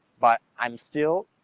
but i'm still,